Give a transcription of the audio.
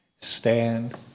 stand